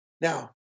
Now